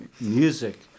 music